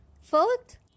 Fourth